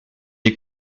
est